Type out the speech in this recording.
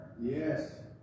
Yes